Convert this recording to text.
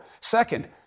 Second